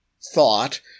thought